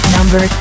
Number